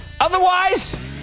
Otherwise